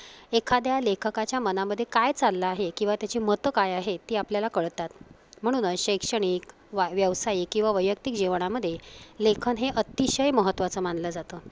एखाद्या लेखकाच्या मनामध्ये काय चाललं आहे किंवा त्याची मतं काय आहेत ती आपल्याला कळतात म्हणूनच शैक्षणिक वाय व्यावसायिक किंवा वैयक्तिक जीवनामध्ये लेखन हे अतिशय महत्वाचं मानलं जातं